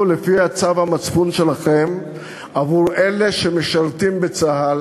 לפי צו המצפון שלכם עבור אלה שמשרתים בצה"ל,